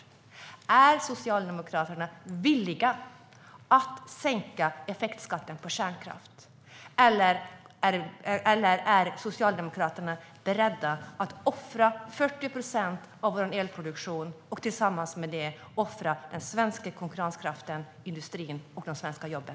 Är Socialdemokraterna villiga att sänka effektskatten på kärnkraft, eller är Socialdemokraterna beredda att offra 40 procent av vår elproduktion och tillsammans med det offra den svenska konkurrenskraften, industrin och de svenska jobben?